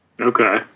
Okay